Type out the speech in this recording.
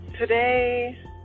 today